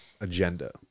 agenda